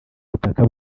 butaka